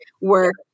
work